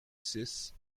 six